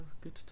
good